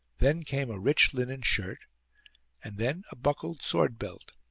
then came a rich linen shirt and then a buckled sword-belt.